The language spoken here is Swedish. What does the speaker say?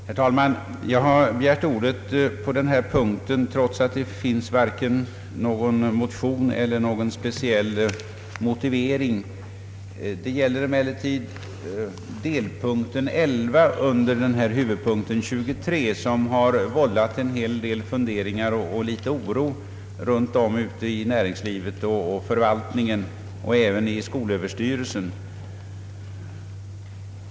Herr talman! Jag har begärt ordet på denna punkt trots att det inte finns vare sig någon motion eller någon speciell motivering. Det är moment 11 under punkten som har vållat en hel del funderingar och litet oro runt om i näringslivet och förvaltningen, även i skolöverstyrelsen.